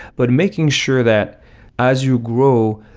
but making sure that as you grow,